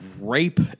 rape